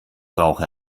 brauche